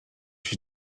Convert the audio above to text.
się